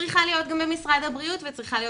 צריכה להיות גם במשרד הבריאות וצריכה להיות